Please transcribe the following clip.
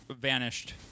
vanished